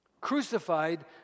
Crucified